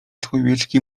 człowieczki